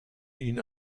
ihn